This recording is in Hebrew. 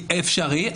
אפשרי,